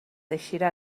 eixirà